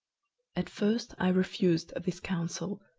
at first i refused this counsel,